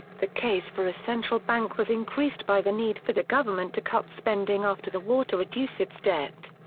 the case for a central bank was increased by the need for the government to cut spending after the war to reduce its debt.